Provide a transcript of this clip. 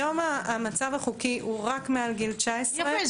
היום המצב החוקי הוא רק מעל גיל 19. יפה.